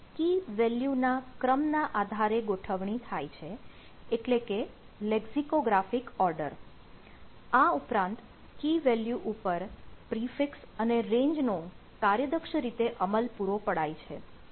આ ઉપરાંત key value ઉપર prefix અને range નો કાર્યદક્ષ રીતે અમલ પૂરો પડાય છે